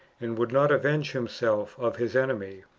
and would not avenge himself of his enemy,